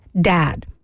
dad